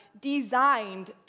designed